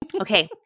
Okay